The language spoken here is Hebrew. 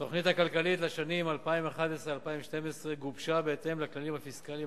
התוכנית הכלכלית לשנים 2011 2012 גובשה בהתאם לכללים פיסקליים